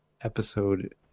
episode